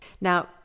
Now